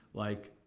like